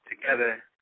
together